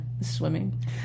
swimming